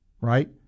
right